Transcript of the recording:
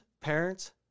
parents